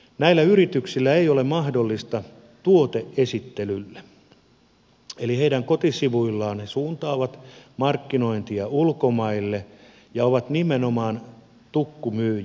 näillä yrityksillä ei ole mahdollisuutta tuote esittelyyn eli kotisivuillaan ne suuntaavat markkinointia ulkomaille ja ovat nimenomaan tukkumyyjiä